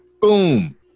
boom